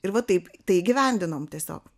ir va taip tai įgyvendinom tiesiog